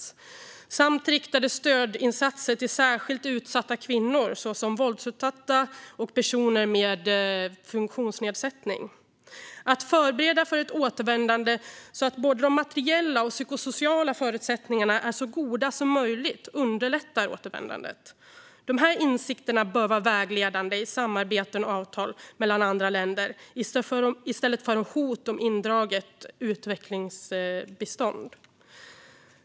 Det handlar även om riktade stödinsatser till särskilt utsatta grupper såsom våldsutsatta kvinnor och personer med funktionsnedsättning. Att förbereda för ett återvändande så att både de materiella och de psykosociala förutsättningarna är så goda som möjligt underlättar återvändandet. Dessa insikter bör vara vägledande i samarbeten och avtal med andra länder i stället för hot om indraget utvecklingsbistånd.